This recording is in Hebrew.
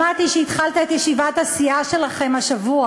שמעתי שהתחלת את ישיבת הסיעה שלכם השבוע